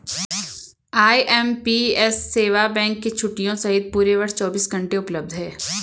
IMPS सेवा bank की छुट्टियों सहित पूरे वर्ष चौबीस घंटे उपलब्ध है